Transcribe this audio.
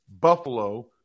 Buffalo